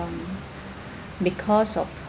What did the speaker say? um because of